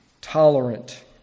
tolerant